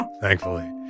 thankfully